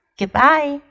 goodbye